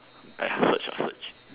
I search I search